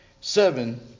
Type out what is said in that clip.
Seven